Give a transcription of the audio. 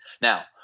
Now